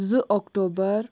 زٕ اکٹوبر